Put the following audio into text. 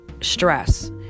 stress